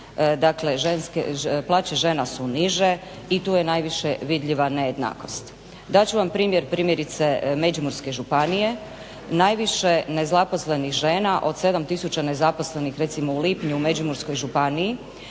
dakle plaće žena su niže i tu je najviše vidljiva nejednakost. Dat ću vam primjer primjerice Međimurske županije, najviše nezaposlenih žena od 7 tisuća nezaposlenih recimo u lipnju u Međimurskoj županiji